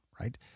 right